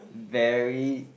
very